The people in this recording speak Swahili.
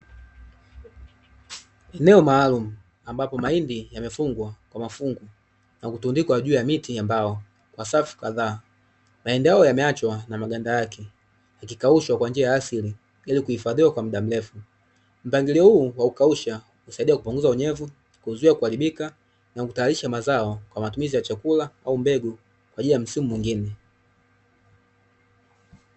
Eneo maalumu ambapo mahindi yamefungwa kwa mafungu na kutundikwa juu ya miti ya mbao kwa safu kadhaa. Mahindi hayo yameachwa na maganda yake, yakikaushwa kwa njia ya asili ili kuhifadhiwa kwa muda mrefu. Mpangilio huu wa kukausha husaidia kupunguza unyevu, kuzuia kuharibika na kutayarisha mazao kwa matumizi ya chakula au mbegu kwa ajili ya msimu mwingine.